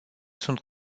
sunt